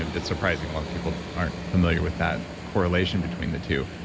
and it's surprising a lot of people aren't familiar with that correlation between the two.